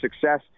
success